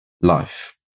life